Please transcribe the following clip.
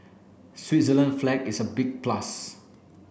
Switzerland's flag is a big plus